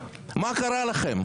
מה קרה לכם?